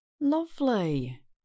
Lovely